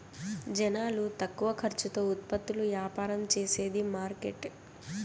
జనాలు తక్కువ ఖర్చుతో ఉత్పత్తులు యాపారం చేసేది మార్కెట్